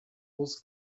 was